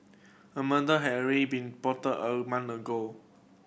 a murder had already been plotted a month ago